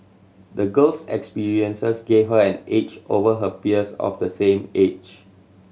the girl's experiences gave her an edge over her peers of the same age